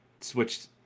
switched